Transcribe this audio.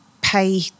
pay